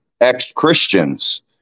ex-Christians